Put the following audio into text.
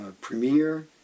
Premiere